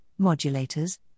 modulators